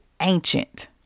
ancient